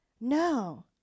No